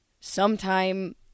sometime